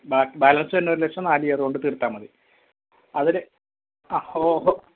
ബാ ബാലൻസ് വരുന്ന ഒരു ലക്ഷം നാല് ഇയർ കൊണ്ട് തീർത്താൽ മതി അതിന് ആ ഓ ഹൊ